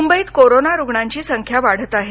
मुंबईत कोरोना रुग्णांची संख्या वाढत आहे